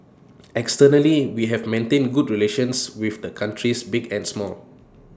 externally we have maintained good relations with A countries big and small